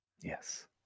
Yes